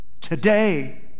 Today